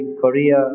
korea